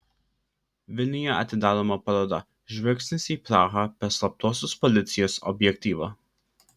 vilniuje atidaroma paroda žvilgsnis į prahą per slaptosios policijos objektyvą